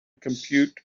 compute